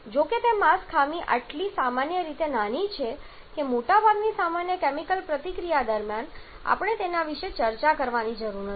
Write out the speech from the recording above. જો કે તે માસ ખામી સામાન્ય રીતે એટલી નાની હોય છે કે મોટાભાગની સામાન્ય કેમિકલ પ્રતિક્રિયા દરમિયાન આપણે તેના વિશે ચિંતા કરવાની જરૂર નથી